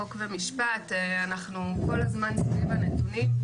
ומשפט, אנחנו כל הזמן סביב הנתונים.